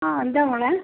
ആ എന്താ മോളേ